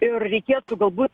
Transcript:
ir reikėtų galbūt